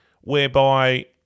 whereby